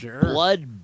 blood